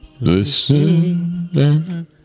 listen